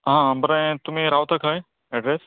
आं बरें तुमी रावता खंय एडरेस